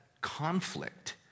conflict